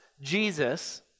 Jesus